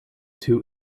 two